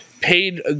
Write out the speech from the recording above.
paid